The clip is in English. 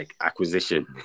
acquisition